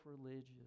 religious